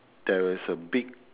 there is a big